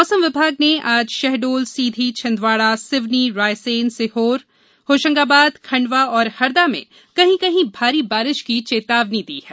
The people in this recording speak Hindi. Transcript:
मौसम विभाग ने आज शहडोल सीधी छिंदवाड़ा सिवनी रायसेन सीहोर होशंगाबाद खंडवा और हरदा में कहीं कहीं भारी बारिश की चेतावनी दी है